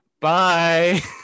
Bye